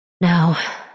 Now